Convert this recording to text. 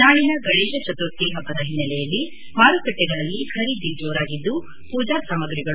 ನಾಳಿನ ಗಣೇಶ ಚತುರ್ಥಿ ಪಬ್ದದ ಹಿನ್ನೆಲೆಯಲ್ಲಿ ಮಾರುಕಟ್ಟೆಗಳಲ್ಲಿ ಖರೀದಿ ಜೋರಾಗಿದ್ದು ಪೂಜಾ ಸಾಮ್ರಗಳು